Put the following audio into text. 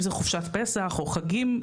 אם זה חופשת פסח או חגים.